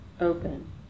Open